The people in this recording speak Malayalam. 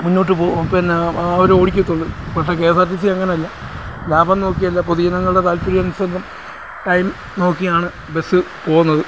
മുന്നോട്ട് പോവൂ പിന്നെ അവർ ഓടിക്കത്തൊള്ളൂ പക്ഷേ K S R T C അങ്ങനെ അല്ല ലാഭം നോക്കിയല്ല പൊതുജനങ്ങളുടെ താൽപ്പര്യാനുസരണം ടൈം നോക്കിയാണ് ബസ്സ് പോകുന്നത്